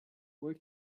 work